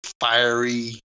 fiery